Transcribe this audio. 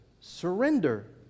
surrender